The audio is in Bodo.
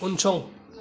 उनसं